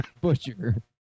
butcher